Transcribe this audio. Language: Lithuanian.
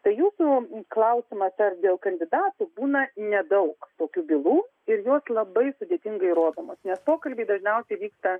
tai jūsų klausimas ar dėl kandidatų būna nedaug tokių bylų ir jos labai sudėtingai įrodomos nes pokalbiai dažniausiai vyksta